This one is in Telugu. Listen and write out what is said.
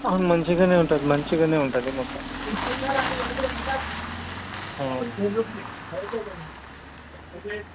అవును మంచిగానే ఉంటుంది మంచిగానే ఉంటుంది మొత్తం